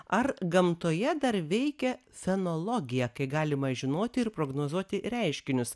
ar gamtoje dar veikia fenologija kai galima žinoti ir prognozuoti reiškinius